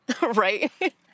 Right